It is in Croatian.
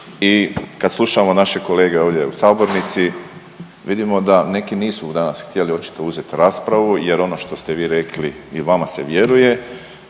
i kad slušamo naše kolege ovdje u sabornici vidimo da neki nisu danas htjeli očito uzet raspravu jer ono što ste vi rekli i vama se vjeruje,